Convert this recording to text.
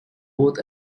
both